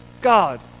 God